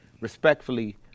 respectfully